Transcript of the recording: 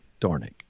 Dornick